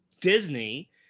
Disney